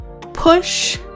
push